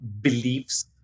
beliefs